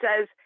says